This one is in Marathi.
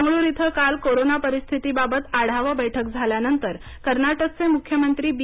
बंगळूरू इथं काल कोरोना परिस्थितीबाबत आढावा बैठक झाल्यानंतर कर्नाटकचे मुख्यमंत्री बी